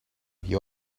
you